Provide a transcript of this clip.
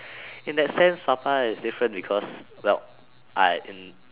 in that sense papa is different is because well I hmm